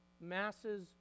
masses